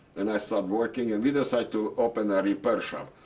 and i started working. and we decide to open a repair shop.